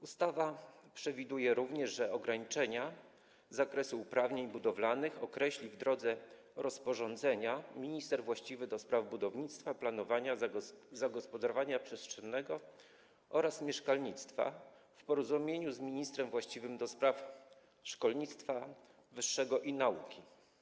Ustawa przewiduje również, że ograniczenia zakresu uprawnień budowlanych określi w drodze rozporządzenia minister właściwy do spraw budownictwa, planowania, zagospodarowania przestrzennego oraz mieszkalnictwa w porozumieniu z ministrem właściwym do spraw szkolnictwa wyższego i nauki.